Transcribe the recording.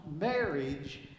marriage